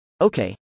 okay